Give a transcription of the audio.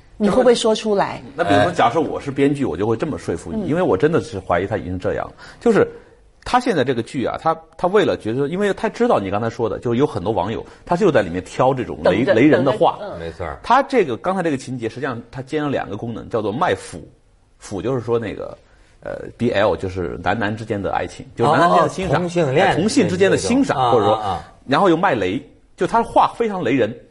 你会不会说出来？那比如说哎。假设我是编剧，我就会这么说服你，嗯。因为我真的是怀疑他已经这样了。就是，他现在这个剧啊，他- 他为了觉得- 因为他知道你刚才说的，就是有很多网友，他就在里面挑这种雷-等着-雷人的话。等着，嗯。没错儿。他这个- 刚才这个情节，实际上他兼有两个功能，叫做卖腐。腐就是说那个，呃，BL，就是男男之间的爱情，就是男男哦，之间的欣赏，同性恋哎，之间就有一种-同性之间的欣赏，啊，或者说-啊，啊。然后又卖雷，就他话非常雷人